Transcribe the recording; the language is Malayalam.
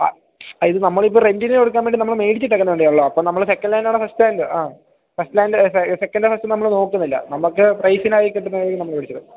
ആ ഇത് നമ്മൾ ഇപ്പം റെൻറ്റിന് കൊടുക്കാൻ വേണ്ടി നമ്മൾ മേടിച്ചിട്ടേക്കുന്ന വണ്ടിയാണല്ലോ അപ്പം നമ്മൾ സെക്കന്റ് ഹാൻഡ് ആണോ ഫസ്റ്റ് ഹാൻഡ് ആ ഫസ്റ്റ് ഹാൻഡ് സെക്കൻറ്റും ഫസ്റ്റും നമ്മൾ നോക്കുന്നില്ല നമുക്ക് പ്രൈസിനായിരിക്കും കിട്ടുന്ന വിലക്ക് നമ്മൾ മേടിച്ചിടും